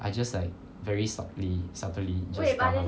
I just like very subtly subtly just tell